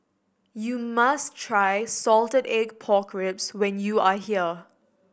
you must try salted egg pork ribs when you are here